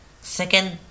second